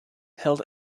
held